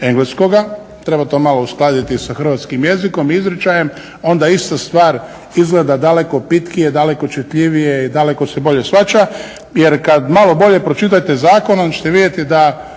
engleskoga, treba to malo uskladiti sa hrvatskim jezikom, izričajem. Onda istu stvar izgleda daleko pitkije, daleko čitljivije i daleko se bolje shvaća jer kada malo bolje pročitate zakon onda ćete vidjeti da